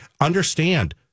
Understand